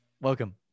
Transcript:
Welcome